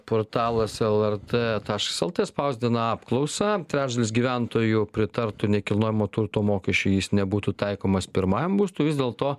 portalas lrt taškas lt spausdina apklausą trečdalis gyventojų pritartų nekilnojamo turto mokesčiui jei jis nebūtų taikomas pirmajam būstui vis dėlto